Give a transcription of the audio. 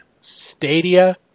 Stadia